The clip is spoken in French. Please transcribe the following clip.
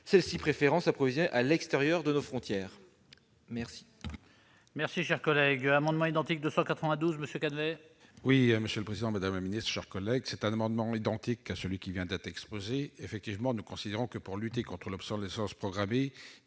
celle-ci préférant s'approvisionner à l'extérieur de nos frontières, n'est